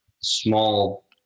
small